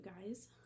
guys